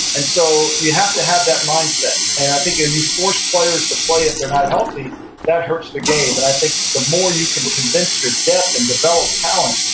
and so, you have to have that mindset, and i think if you force players to play if they're not healthy that hurts the game, but i think the more you can convince your depth and develop talent,